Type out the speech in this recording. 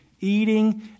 eating